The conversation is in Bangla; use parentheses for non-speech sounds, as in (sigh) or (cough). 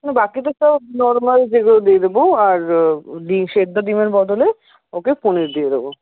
বাকি তো সব নর্মাল (unintelligible) দিয়ে দেব আর ডিম সেদ্ধ ডিমের বদলে ওকে পনির দিয়ে দেব